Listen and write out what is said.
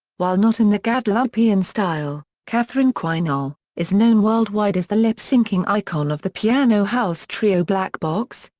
while not in the guadeloupean style, catherine quinol, is known worldwide as the lip-synching icon of the piano-house trio black box,